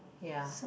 ya